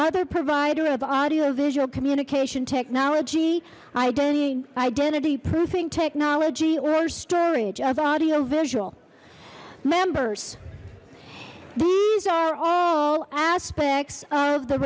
other provider of audio visual communication technology identity identity proofing technology or storage of audio visual members these are all aspects of the